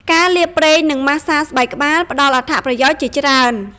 ការលាបប្រេង និងម៉ាស្សាស្បែកក្បាល ផ្តល់អត្ថប្រយោជន៍ជាច្រើន។